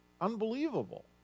unbelievable